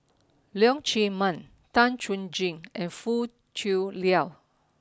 Leong Chee Mun Tan Chuan Jin and Foo Tui Liew